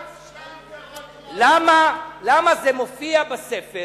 למה זה מופיע בספר,